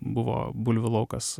buvo bulvių laukas